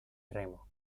remo